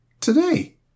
today